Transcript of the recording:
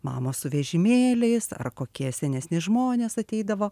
mamos su vežimėliais ar kokie senesni žmonės ateidavo